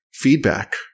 Feedback